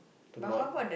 to not